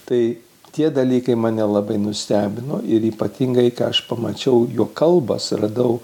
tai tie dalykai mane labai nustebino ir ypatingai ką aš pamačiau jo kalbą suradau